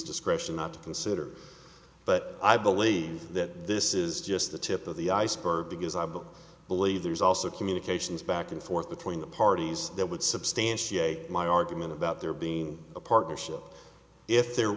discretion not to consider but i believe that this is just the tip of the iceberg because i will believe there's also communications back and forth between the parties that would substantiate my argument about there being a partnership if there